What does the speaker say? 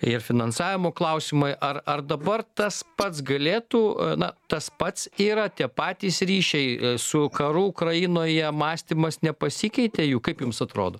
ir finansavimo klausimai ar ar dabar tas pats galėtų na tas pats yra tie patys ryšiai su karu ukrainoje mąstymas nepasikeitė jų kaip jums atrodo